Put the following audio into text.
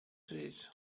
trees